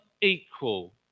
equal